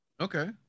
okay